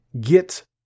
get